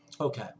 Okay